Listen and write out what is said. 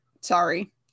sorry